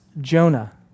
Jonah